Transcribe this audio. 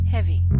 Heavy